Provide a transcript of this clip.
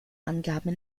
angaben